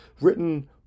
written